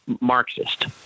Marxist